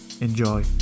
enjoy